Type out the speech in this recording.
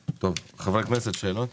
חברי הכנסת, שאלות?